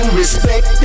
respect